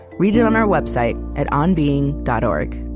read it on our website at onbeing dot o r g